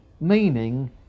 meaning